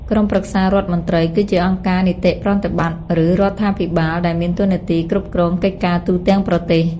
ក្រុមប្រឹក្សារដ្ឋមន្ត្រី គឺជាអង្គការនីតិប្រតិបត្តិ ឬរដ្ឋាភិបាលដែលមានតួនាទីគ្រប់គ្រងកិច្ចការទូទាំងប្រទេស។